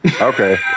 Okay